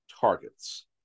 targets